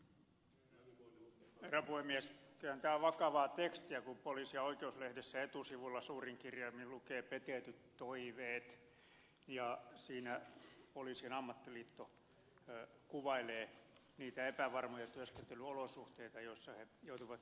kyllä tämä on vakavaa tekstiä kun poliisi oikeus lehdessä etusivulla suurin kirjaimin lukee petetyt toiveet ja siinä poliisien ammattiliitto kuvailee niitä epävarmoja työskentelyolosuhteita joissa he joutuvat tekemään työtä